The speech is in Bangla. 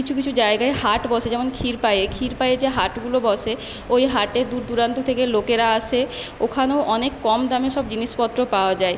কিছু কিছু জায়গায় হাট বসে যেমন ক্ষীরপাইয়ে ক্ষীরপাইয়ে যে হাটগুলো বসে ওই হাটে দূরদূরান্ত থেকে লোকেরা আসে ওখানেও অনেক কম দামে সব জিনিসপত্র পাওয়া যায়